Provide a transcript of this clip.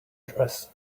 dress